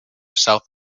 south